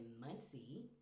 muncie